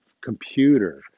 computer